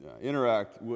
interact